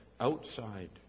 Outside